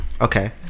Okay